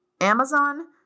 Amazon